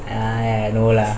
I know lah